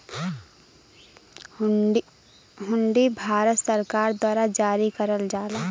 हुंडी भारत सरकार द्वारा जारी करल जाला